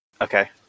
Okay